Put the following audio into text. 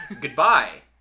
goodbye